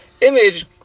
image